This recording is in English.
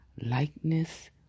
likeness